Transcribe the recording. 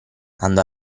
andò